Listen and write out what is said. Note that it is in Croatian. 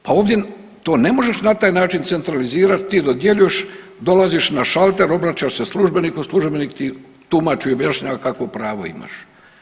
Pa ovdje to ne možeš na taj način centralizirati, ti dodjeljuješ, dolaziš na šalter, obraćaš se službeniku, službenik ti tumači i objašnjava kakvo pravo imaš.